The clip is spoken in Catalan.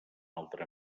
altre